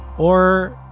or,